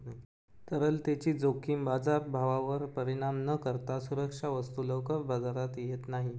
तरलतेची जोखीम बाजारभावावर परिणाम न करता सुरक्षा वस्तू लवकर बाजारात येत नाही